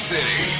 City